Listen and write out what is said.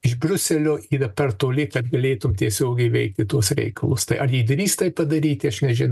iš briuselio yra per toli kad galėtum tiesiogiai veikti tuos reikalus tai ar ji drįsta tą daryti aš nežin